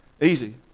Easy